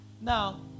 Now